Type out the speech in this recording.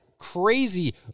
Crazy